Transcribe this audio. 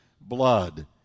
blood